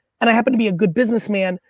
and i happen to be a good businessman,